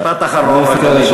רק משפט אחרון, אני גומר.